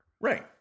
Right